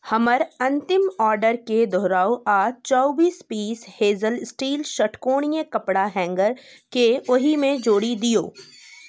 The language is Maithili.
हमर अन्तिम ऑर्डरकेँ दोहराउ आ चौबीस पीस हेजल स्टील षटकोणीय कपड़ा हैंगरकेँ ओहिमे जोड़ि दिऔ